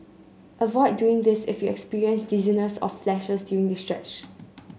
avoid doing this if you experience dizziness or flashes during the stretch